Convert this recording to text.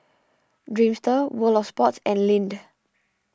Dreamster World of Sports and Lindt